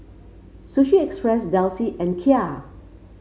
Sushi Express Delsey and Kia